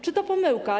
Czy to pomyłka?